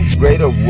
greater